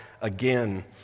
again